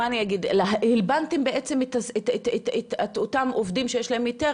בעצם הלבנתם את אותם עובדים שיש להם היתר,